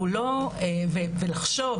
לחשוב,